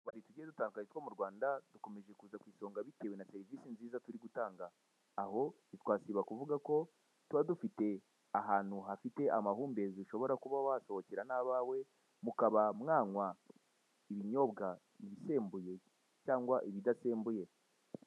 Tugiye dutandukanye two mu Rwanda dukomeje kuza ku isonga bitewe na serivise nziza turi gutanga. Aho ntitwasiba kuvuga ko tuba dufite ahantu hafite amahumbezi ushobora kuba wasohokera n'abawe, mukaba mwanywa ibisembuye n'ibidasembuye.